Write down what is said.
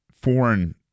foreign